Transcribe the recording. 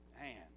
Man